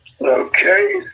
Okay